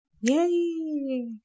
yay